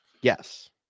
Yes